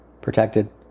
protected